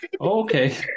Okay